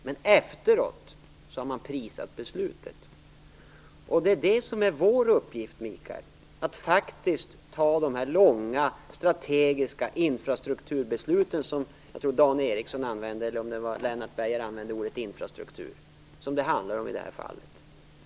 Men efteråt har man prisat beslutet. Det som är vår uppgift, Mikael Odenberg, är att fatta dessa långsiktiga strategiska infrastrukturbesluten - jag tror att det var Dan Ericsson eller Lennart Beijer som använde ordet infrastruktur, som det handlar om i det här fallet.